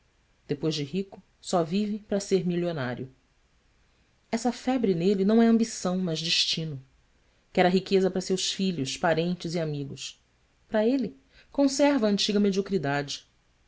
depois de rico só vive para ser milionário essa febre nele não é ambição mas destino quer a riqueza para seus filhos parentes e amigos para ele conserva a antiga mediocridade